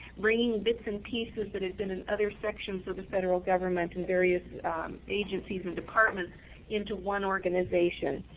bringing bits and pieces that had been in other sections of the federal government in various agencies and departments into one organization.